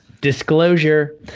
Disclosure